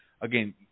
again